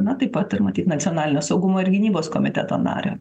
na taip pat ir matyt nacionalinio saugumo ir gynybos komiteto nario